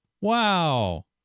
Wow